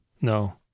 No